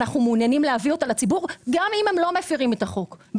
ואנחנו מעוניינים להביא אותה לציבור גם אם הם לא מפרים את החוק.